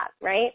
right